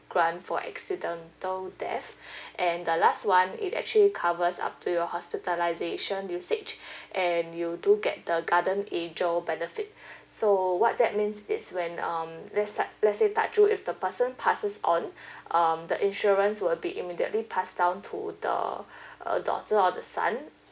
grant for accidental death and the last [one] it actually covers up to your hospitalisation usage and you do get the garden angel benefit so what that means is when um there's like let's say touch wood if the person passes on um the insurance will be immediately pass down to the uh daughter or the son